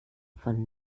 von